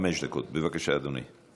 חמש דקות, בבקשה, אדוני.